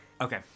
Okay